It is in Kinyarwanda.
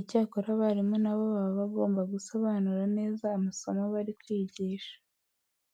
Icyakora abarimu na bo baba bagomba gusobanura neza amasomo bari kwigisha.